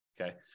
Okay